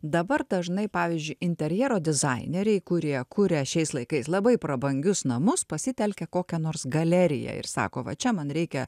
dabar dažnai pavyzdžiui interjero dizaineriai kurie kuria šiais laikais labai prabangius namus pasitelkia kokią nors galeriją ir sako va čia man reikia